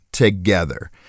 together